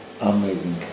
Amazing